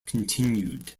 continued